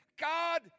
God